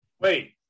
Wait